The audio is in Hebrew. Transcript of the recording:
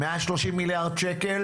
130 מיליארד שקל